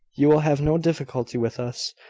you will have no difficulty with us.